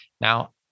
Now